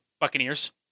Buccaneers